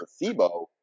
placebo